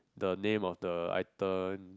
the name of the item